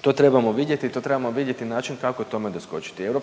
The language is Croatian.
to trebamo vidjeti i to trebamo vidjeti na način kako tome doskočiti. EP